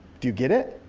do you get it?